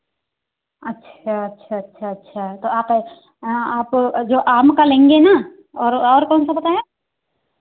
अच्छा अच्छा अच्छा अच्छा तो आप आप जो आम का लेंगे ना और और कौन सा बताए